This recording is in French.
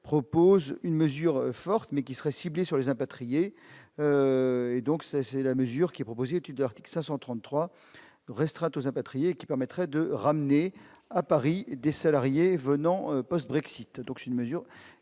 propose une mesure forte mais qui serait ciblé sur les impatriés et donc c'est c'est la mesure qui est proposée, études Artic 533 restreinte aux impatriés qui permettrait de ramener à Paris des salariés venant post-Brexit donc c'est une mesure